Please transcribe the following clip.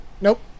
Nope